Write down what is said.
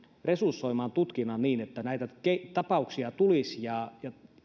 resursoimaan tutkinnan niin että näitä tapauksia tulisi ja